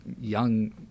young